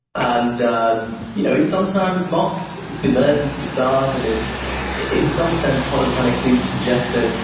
and um you know it's sometimes marked. it's been there since the start and it's in some sense quantum mechanics seems to suggest it.